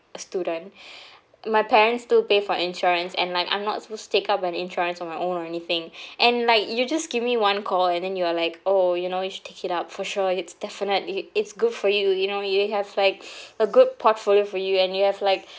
a student my parents too pay for insurance and like I'm not supposed to take up an insurance on my own or anything and like you just give me one call and then you're like oh you know you should take it up for sure it's definitely it's good for you you know you have like a good portfolio for you and you have like